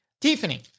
Tiffany